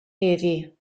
heddiw